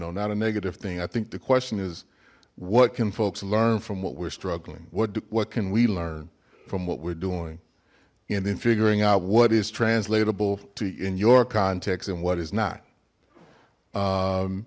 know not a negative thing i think the question is what can folks learn from what we're struggling what do what can we learn from what we're doing and then figuring out what is translatable to in your context and what is not